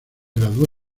graduó